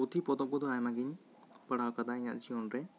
ᱯᱩᱸᱛᱷᱤ ᱯᱚᱛᱚᱵ ᱠᱚᱫᱚ ᱟᱭᱢᱟ ᱜᱮᱧ ᱯᱟᱲᱦᱟᱣ ᱟᱠᱟᱫᱟ ᱤᱧᱟᱹᱜ ᱡᱤᱭᱚᱱ ᱨᱮ